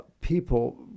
people